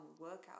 workout